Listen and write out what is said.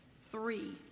three